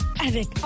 Avec